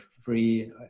free